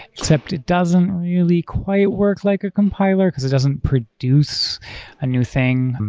except it doesn't really quite work like a compiler, because it doesn't produce a new thing,